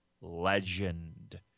legend